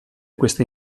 queste